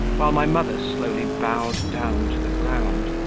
while my mother slowly bowed down to the ground,